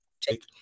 take